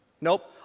Nope